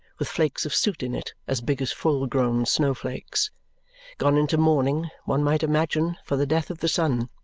with flakes of soot in it as big as full-grown snowflakes gone into mourning, one might imagine, for the death of the sun.